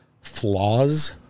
flaws